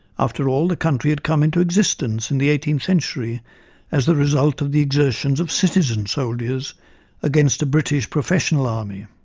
after all, the country had come into existence in the eighteenth century as the result of the exertions of citizen-soldiers against a british professional army.